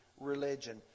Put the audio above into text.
religion